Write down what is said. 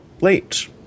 late